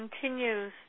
continues